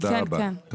תודה רבה.